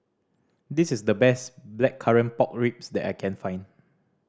this is the best Blackcurrant Pork Ribs that I can find